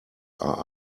are